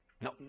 No